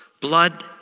blood